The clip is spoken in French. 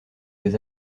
ses